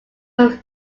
was